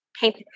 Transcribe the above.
paint